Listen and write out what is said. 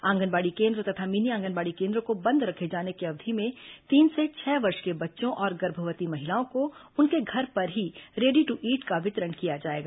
आंगनबाड़ी केन्द्र तथा मिनी आंगनबाड़ी केन्द्रों को बंद रखे जाने की अवधि में तीन से छह वर्ष के बच्चों और गर्भवती महिलाओं को उनके घर पर ही रेडी टू ईट का वितरण किया जाएगा